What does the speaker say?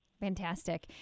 Fantastic